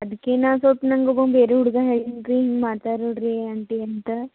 ಅದಕ್ಕೆ ನಾನು ಸ್ವಲ್ಪ ನಂಗೆ ಒಬ್ಬ ಬೇರೆ ಹುಡುಗ ಹ್ಯಾಂಗೆ ಹಿಂಗೆ ಮಾಡ್ತಾರೆ ನೋಡಿರಿ ಆಂಟಿ ಅಂತ